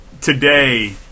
today